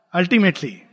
ultimately